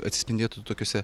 atsispindėtų tokiuose